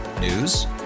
News